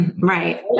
Right